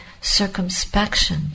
circumspection